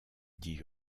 dit